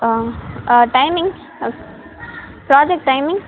ah timing project timing